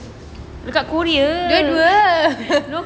dekat korea no